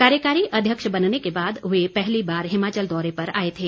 कार्यकारी अध्यक्ष बनने के बाद वे पहली बार हिमाचल दौरे पर आए थे